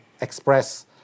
express